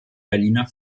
berliner